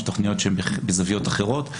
יש תכניות שהן בזוויות אחרות,